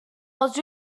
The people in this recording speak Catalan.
els